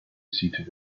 seated